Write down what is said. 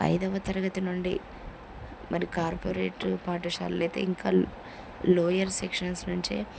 ఐదవ తరగతి నుండి మరి కార్పొరేట్ పాఠశాలలు అయితే ఇంకా లోయర్ సెక్షన్స్ నుంచే